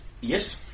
Yes